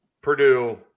Purdue